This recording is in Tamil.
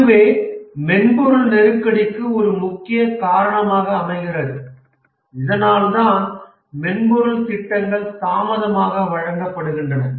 இதுவே மென்பொருள் நெருக்கடிக்கு ஒரு முக்கிய காரணமாக அமைகிறது இதனால்தான் மென்பொருள் திட்டங்கள் தாமதமாக வழங்கப்படுகின்றன